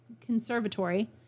conservatory